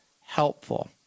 helpful